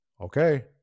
Okay